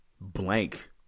blank